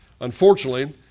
unfortunately